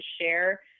share